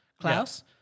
Klaus